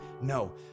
No